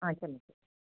आ